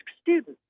students